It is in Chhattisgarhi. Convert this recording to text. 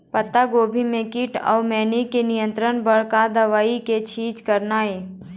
पत्तागोभी म कीट अऊ मैनी के नियंत्रण बर का दवा के छींचे करना ये?